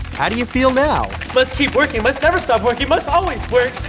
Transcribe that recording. how do you feel now? must keep working, must never stop working, must always work,